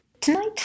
Tonight